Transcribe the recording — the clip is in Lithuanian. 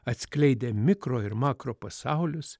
atskleidė mikro ir makropasaulius